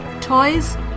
toys